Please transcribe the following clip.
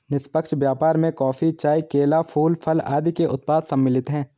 निष्पक्ष व्यापार में कॉफी, चाय, केला, फूल, फल आदि के उत्पाद सम्मिलित हैं